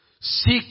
Seek